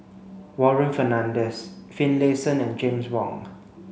Warren Fernandez Finlayson and James Wong